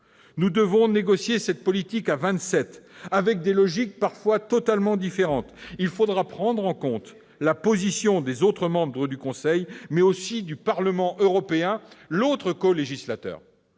Nous devrons négocier cette politique à vingt-sept avec des logiques parfois totalement différentes. Il faudra prendre en compte non seulement la position des autres membres du Conseil, mais aussi celle du Parlement européen, l'autre colégislateur.